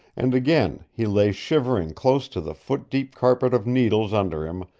and again he lay shivering close to the foot-deep carpet of needles under him,